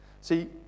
See